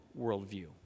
worldview